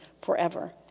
forever